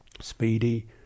speedy